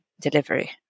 delivery